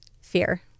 Fear